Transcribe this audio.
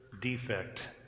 defect